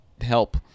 help